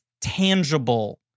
tangible